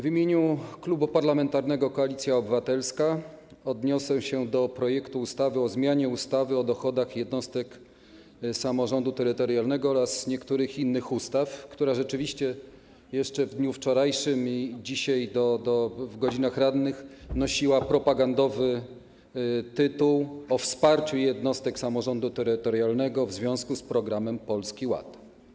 W imieniu Klubu Parlamentarnego Koalicja Obywatelska odniosę się do projektu ustawy o zmianie ustawy o dochodach jednostek samorządu terytorialnego oraz niektórych innych ustaw, która rzeczywiście jeszcze w dniu wczorajszym i dzisiaj w godzinach rannych nosiła propagandowy tytuł: o wsparciu jednostek samorządu terytorialnego w związku z Programem Polski Ład.